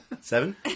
Seven